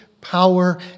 power